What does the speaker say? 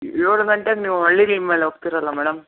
ಏಳು ಗಂಟೆಗೆ ನೀವು ಹೋಗ್ತಿರಲ್ಲ ಮೇಡಮ್